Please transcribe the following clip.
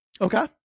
Okay